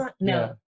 No